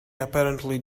apparently